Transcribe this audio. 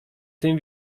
tym